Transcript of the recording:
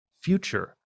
future